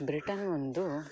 Britain ಒಂದು